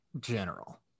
general